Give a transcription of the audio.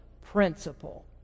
principle